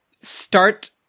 start